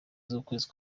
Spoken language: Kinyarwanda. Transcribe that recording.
z’ukwezi